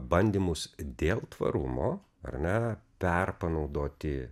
bandymus dėl tvarumo ar ne perpanaudoti